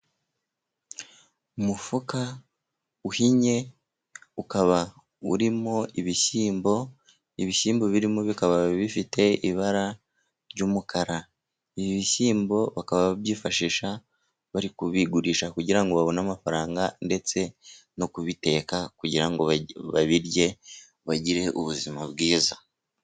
Umufuka uhinye ukaba urimo ibishyimbo, ibishyimbo birimo bikaba bifite ibara ry'umukara, ibishyimbo bakaba babyifashisha bari kubigurisha kugira ngo babone amafaranga ndetse no kubiteka kugira ngo babirye bagire ubuzima bwiza.